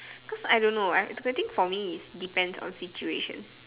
cause I don't know I if I think for me it's depends on situation